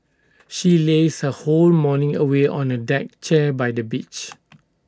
she lazed her whole morning away on A deck chair by the beach